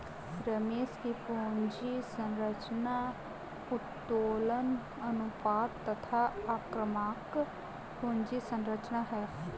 रमेश की पूंजी संरचना उत्तोलन अनुपात तथा आक्रामक पूंजी संरचना है